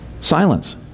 silence